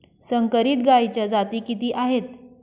संकरित गायीच्या जाती किती आहेत?